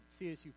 CSU